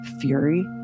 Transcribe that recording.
fury